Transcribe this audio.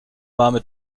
warme